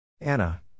Anna